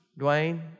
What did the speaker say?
Dwayne